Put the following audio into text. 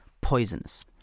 poisonous